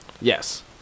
Yes